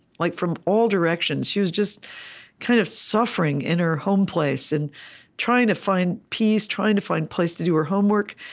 like from all directions. she was just kind of suffering in her home place and trying to find peace, trying to find a place to do her homework.